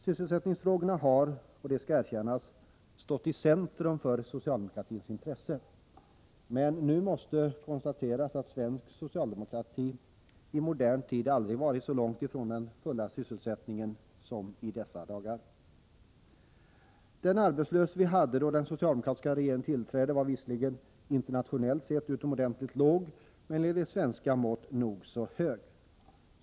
Sysselsättningsfrågorna har, det skall erkännas, stått i centrum för socialdemokratins intresse. Men nu måste konstateras att svensk socialdemokrati i modern tid aldrig varit så långt ifrån den fulla sysselsättningen som i dessa dagar. Den arbetslöshet vi hade då den socialdemokratiska regeringen tillträdde var visserligen internationellt sett utomordentligt låg, men enligt svenska mått nog så hög.